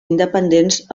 independents